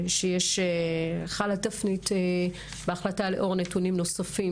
שחלה תפנית בהחלטה לאור נתונים נוספים